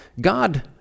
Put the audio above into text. God